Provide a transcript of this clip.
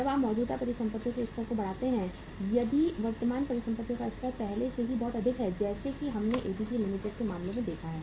जब आप मौजूदा परिसंपत्तियों के स्तर को बढ़ाते हैं यदि वर्तमान परिसंपत्ति का स्तर पहले से बहुत अधिक है जैसा कि हमने एबीसी लिमिटेड के मामले में देखा है